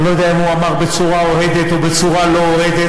אני לא יודע אם הוא אמר בצורה אוהדת או בצורה לא אוהדת,